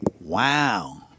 Wow